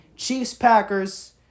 Chiefs-Packers